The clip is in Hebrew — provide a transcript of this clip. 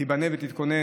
תיבנה ותכונן,